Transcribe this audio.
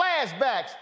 flashbacks